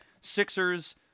Sixers